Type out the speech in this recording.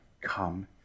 Come